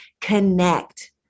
CONNECT